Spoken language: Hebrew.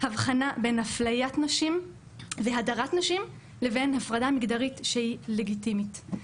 הבחנה בין אפליית נשים והדרת נשים לבין הפרדה מגדרית שהיא לגיטימית.